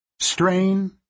STRAIN